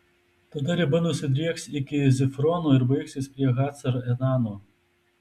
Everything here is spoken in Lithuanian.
tada riba nusidrieks iki zifrono ir baigsis prie hacar enano